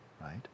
right